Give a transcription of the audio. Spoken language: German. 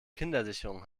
kindersicherung